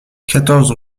quatorze